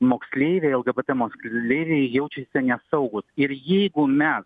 moksleiviai lgbt moksleiviai jaučiasi nesaugūs ir jeigu mes